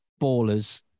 ballers